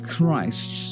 Christ